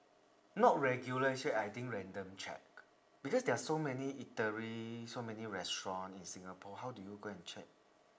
not regular che~ I think random check because there are so many eatery so much restaurant in singapore how do you go and check